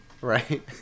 right